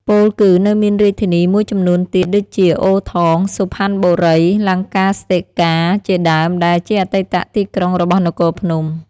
ពោលគឺ នៅមានរាជធានីមួយចំនួនទៀតដូចជា អូ ថង "សុផាន់បុរី” លង្កាស្ទិកា ជាដើម ដែលជាអតីតទីក្រុងរបស់នគរភ្នំ។